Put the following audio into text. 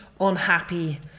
unhappy